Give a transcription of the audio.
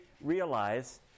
realize